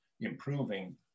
improving